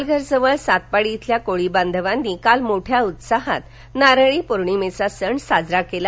पालघर जवळील सातपाी इथल्या कोळी बांधवांनी काल मोठ्या उत्साहात नारळी पौर्णिमेचा सण साजरा केला